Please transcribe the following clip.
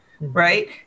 right